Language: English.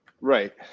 Right